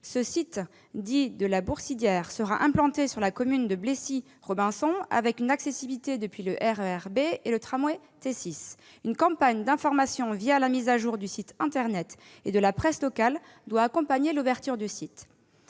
Ce site, dit de La Boursidière, sera implanté sur la commune du Plessis-Robinson, avec une accessibilité depuis le RER B et le tramway T6. Une campagne d'information, avec la mise à jour du site internet et le relais de la presse locale, doit accompagner l'ouverture du site.